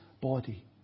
body